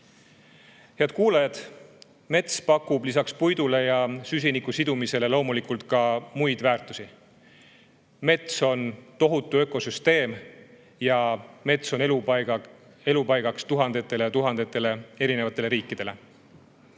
Head kuulajad! Mets pakub lisaks puidule ja süsinikusidumisele loomulikult ka muid väärtusi. Mets on tohutu ökosüsteem ja mets on elupaigaks tuhandetele ja tuhandetele erinevatele liikidele.